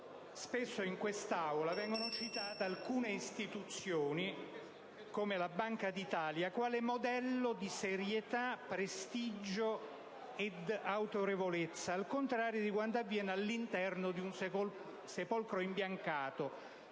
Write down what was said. spesso in quest'Aula vengono citate alcune istituzioni, come la Banca d'Italia, quale modello di serietà, prestigio ed autorevolezza; al contrario, quanto avviene al loro interno è una situazione da sepolcro imbiancato,